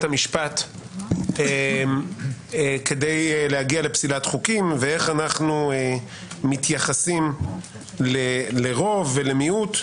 המשפט כדי להגיע לפסילת חוקים ואיך אנחנו מתייחסים לרוב ולמיעוט.